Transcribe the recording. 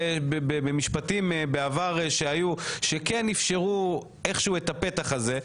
שנאמרו במשפטים שהתקיימו בעבר וכן אפשרו את הפתח הזה,